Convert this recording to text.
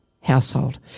household